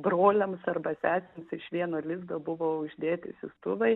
broliams arba sesėms iš vieno lizdo buvo uždėti siųstuvai